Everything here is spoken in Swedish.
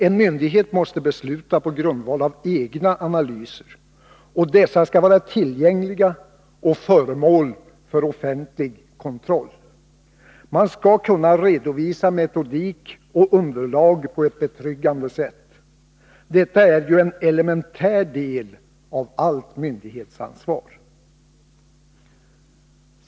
En myndighet måste besluta på grundval av egna analyser, och dessa skall vara tillgängliga och föremål för offentlig kontroll. Man skall kunna redovisa metodik och underlag på ett betryggande sätt. Detta är ju en elementär del av allt myndighetsansvar.